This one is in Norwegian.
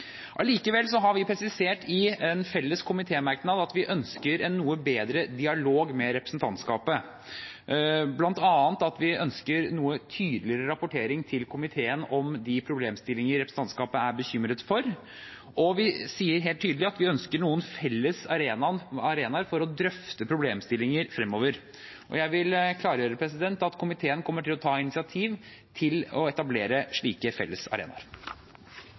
Likevel har vi presisert i en felles komitémerknad at vi ønsker en noe bedre dialog med representantskapet. Blant annet ønsker vi en noe tydeligere rapportering til komiteen om de problemstillingene representantskapet er bekymret for, og vi sier helt tydelig at vi ønsker noen felles arenaer der vi kan drøfte problemstillinger fremover. Jeg vil klargjøre at komiteen kommer til å ta initiativ til å etablere slike